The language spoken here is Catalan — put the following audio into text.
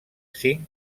cinc